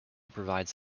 provides